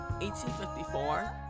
1854